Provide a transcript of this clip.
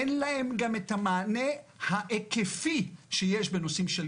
אין להם גם את המענה ההיקפי שיש בנושאים של